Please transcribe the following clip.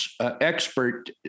expert